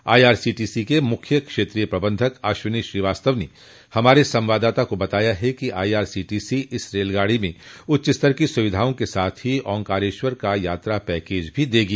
आई R C T C के मुख्य क्षेत्रीय प्रबंधक अश्विनी श्रीवास्तव ने हमारे संवाददाता को बताया कि I R C T C इस रेलगाड़ी में उच्च स्तर की सुविधाओं के साथ ही ओंकारेश्वर का यात्रा पैकेज भी देगी